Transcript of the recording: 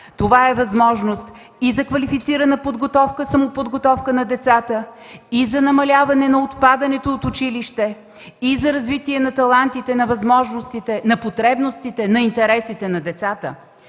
Това е възможност за квалифицирана подготовка и самоподготовка на децата, за намаляване на отпадането от училище и за развитие на талантите, възможностите, потребностите и интересите на децата.